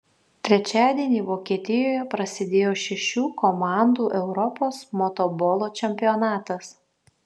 trečiadienį vokietijoje prasidėjo šešių komandų europos motobolo čempionatas